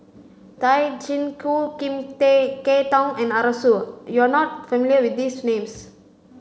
Tay Chin Joo Lim Kay Tong and Arasu you are not familiar with these names